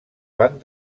van